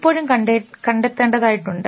ഇപ്പോഴും കണ്ടെത്തേണ്ടത് ആയിട്ടുണ്ട്